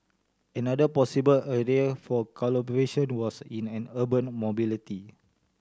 another possible area for collaboration was in an urban mobility